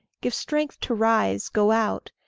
give strength to rise, go out,